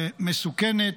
מסוכנת.